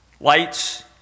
lights